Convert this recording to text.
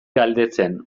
galdetzen